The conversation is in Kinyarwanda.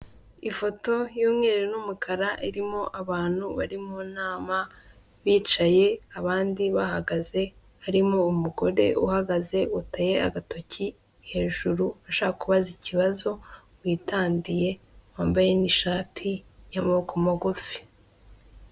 Hirya no hino ugenda usanga hari amasoko atandukanye kandi acuruza ibicuruzwa bitandukanye, ariko amenshi murayo masoko usanga ahuriyeho n'uko abacuruza ibintu bijyanye n'imyenda cyangwa se imyambaro y'abantu bagiye batandukanye. Ayo masoko yose ugasanga ari ingirakamaro cyane mu iterambere ry'umuturage ukamufasha kwiteraza imbere mu buryo bumwe kandi akanamufasha no kubaho neza mu buryo bw'imyambarire.